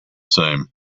same